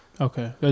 Okay